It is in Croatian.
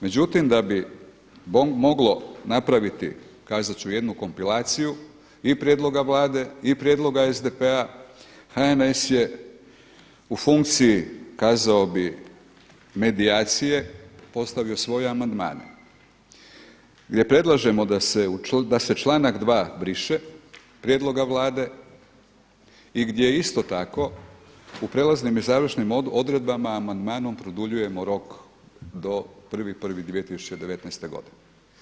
Međutim, da bi moglo napraviti kazat ću jednu kompilaciju i prijedloga Vlade i prijedloga SDP-a HNS je u funkciji kazao bih medijacije postavio svoje amandmane gdje predlažemo da se članak 2. briše prijedloga Vlade i gdje isto tako u prijelaznim i završnim odredbama amandmanom produljujemo rok do 1.1.2019. godine.